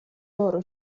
loro